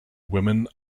women